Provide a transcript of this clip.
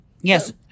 Yes